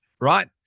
right